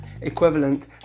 equivalent